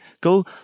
Go